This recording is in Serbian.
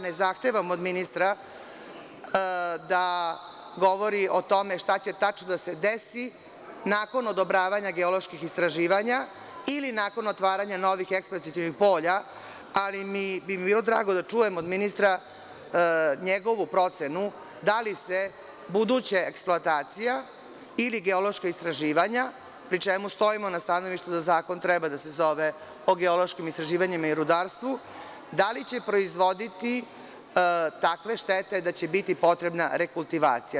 Ne zahtevam od ministra da govori o tome šta će tačno da se desi nakon odobravanja geoloških istraživanja ili nakon otvaranja novih eksploatacionih polja, ali bi mi bilo drago da čujem od ministra njegovu procenu – da li se buduće eksploatacije ili geološka istraživanja, pri čemu stojimo na stanovištu da zakon treba da se zove – o geološkim istraživanjima i rudarstvu, da li će proizvoditi takve štete da će biti potrebna rekultivacija?